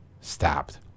stabbed